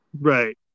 Right